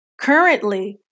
Currently